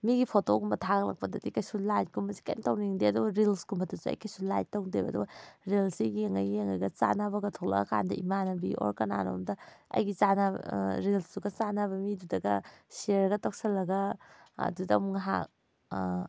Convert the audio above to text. ꯃꯤꯒꯤ ꯐꯣꯇꯣꯒꯨꯝꯕ ꯊꯥꯒꯠꯂꯛꯄꯗꯗꯤ ꯀꯩꯁꯨ ꯂꯥꯏꯛ ꯀꯨꯝꯕꯁꯦ ꯀꯩꯏꯝ ꯇꯧꯅꯤꯡꯗꯦ ꯑꯗꯨꯒ ꯔꯤꯜꯁ ꯀꯨꯝꯕꯗꯁꯨ ꯑꯩ ꯀꯩꯁꯨ ꯂꯥꯏꯛ ꯇꯧꯗꯦꯕ ꯑꯗꯨꯒ ꯔꯤꯜꯁꯁꯦ ꯌꯦꯡꯉ ꯌꯦꯡꯉꯒ ꯆꯥꯟꯅꯕꯒ ꯊꯣꯛꯂꯛꯑ ꯀꯥꯟꯗ ꯏꯃꯥꯟꯅꯕꯤ ꯑꯣꯔ ꯀꯅꯥꯅꯣꯝꯗ ꯑꯩꯒꯤ ꯆꯥꯟꯅꯕ ꯔꯤꯁꯜꯇꯨꯒ ꯆꯥꯟꯅꯕ ꯃꯤꯗꯨꯗꯒ ꯁꯤꯌꯔꯒ ꯇꯧꯁꯜꯂꯒ ꯑꯗꯨꯗ ꯑꯃꯨꯛ ꯉꯥꯏꯍꯥꯛ